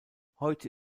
heute